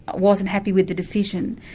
but wasn't happy with the decision,